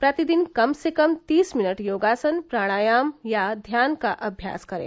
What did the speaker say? प्रतिदिन कम से कम तीस मिनट योगासन प्राणायाम या ध्यान का अम्यास करें